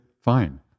fine